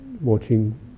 watching